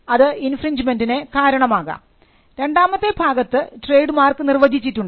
അത് ഇൻഫ്രിൻ്ഞജിമെൻറിന് കാരണമാകാം രണ്ടാമത്തെ ഭാഗത്ത് ട്രേഡ് മാർക്ക് നിർവചിച്ചിട്ടുണ്ട്